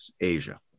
Asia